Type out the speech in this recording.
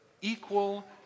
equal